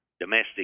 domestic